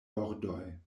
bordoj